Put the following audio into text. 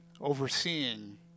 overseeing